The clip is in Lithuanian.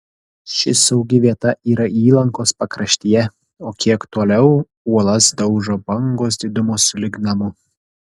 ši saugi vieta yra įlankos pakraštyje o kiek toliau uolas daužo bangos didumo sulig namu